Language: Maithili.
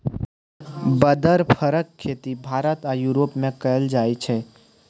बदर फरक खेती भारत आ युरोप मे कएल जाइ छै